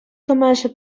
commercial